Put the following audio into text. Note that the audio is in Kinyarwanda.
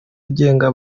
agenga